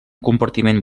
compartiment